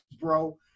bro